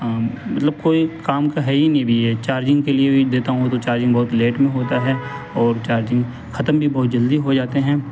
مطلب کوئی کام کا ہے ہی نہیں ابھی یہ چارجنگ کے لیے بھی دیتا ہوں تو چارجنگ بہت لیٹ میں ہوتا ہے اور چارجنگ ختم بھی بہت جلدی ہو جاتے ہیں